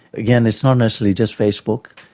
again, it's not necessarily just facebook,